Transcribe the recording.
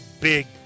big